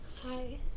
Hi